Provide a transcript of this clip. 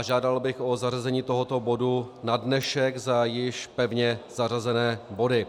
Žádal bych o zařazení tohoto bodu na dnešek za již pevně zařazené body.